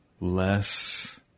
less